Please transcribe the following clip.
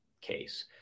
case